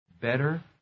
better